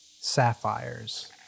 sapphires